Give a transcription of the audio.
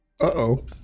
Uh-oh